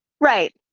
right